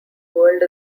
world